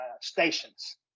stations